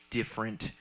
different